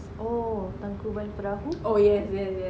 oh tangkuban perahu